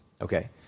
okay